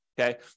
okay